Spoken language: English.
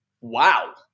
wow